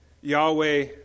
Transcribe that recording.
Yahweh